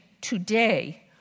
today